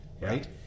right